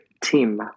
team